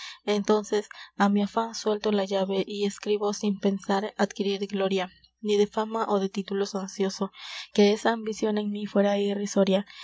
entónces á mi afan suelto la llave y escribo sin pensar adquirir gloria ni de fama ó de títulos ansioso que esa ambicion en mí fuera irrisoria